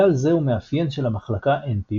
כלל זה הוא מאפיין של המחלקה NP,